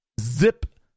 Zip